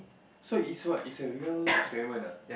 so is what is a real experiment ah